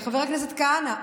חבר הכנסת כהנא,